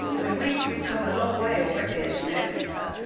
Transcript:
i mean we've we've come a long way already, as you know, peter,